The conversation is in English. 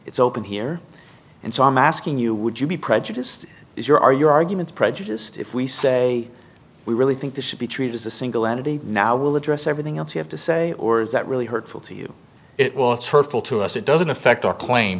it's open here and so i'm asking you would you be prejudiced if your are your arguments prejudiced if we say we really think this should be treated as a single entity now we'll address everything else you have to say or is that really hurtful to you it will it's hurtful to us it doesn't affect our claim